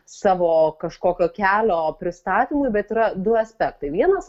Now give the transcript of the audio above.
savo kažkokio kelio pristatymui bet yra du aspektai vienas